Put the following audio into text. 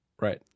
Right